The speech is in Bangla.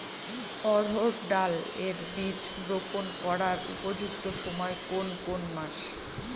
অড়হড় ডাল এর বীজ রোপন করার উপযুক্ত সময় কোন কোন মাস?